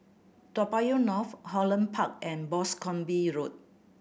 Toa Payoh North Holland Park and Boscombe Road